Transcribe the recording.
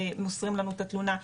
והם מוסרים לנו את התלונה.